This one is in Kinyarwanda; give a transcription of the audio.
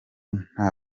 nta